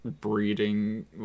breeding